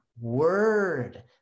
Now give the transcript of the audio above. word